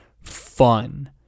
fun